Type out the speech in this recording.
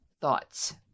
Thoughts